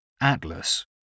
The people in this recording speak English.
Atlas